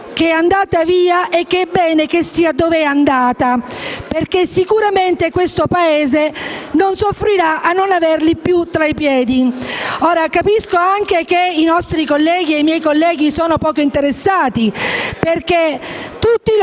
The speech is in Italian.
che è andata via e che è bene che stia dove è andata, perché sicuramente questo Paese non soffrirà a non averli più fra i piedi». Ora, capisco anche che i nostri colleghi siano poco interessati, perché tutti